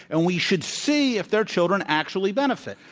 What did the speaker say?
and we should see if their children actually benefit.